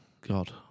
God